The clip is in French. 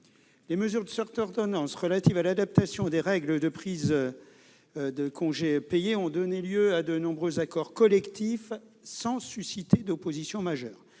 Les mesures de cette ordonnance relatives à l'adaptation des règles de prise des congés payés ont donné lieu à de nombreux accords collectifs sans susciter d'opposition majeure.